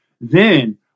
Then-